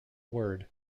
word